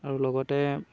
আৰু লগতে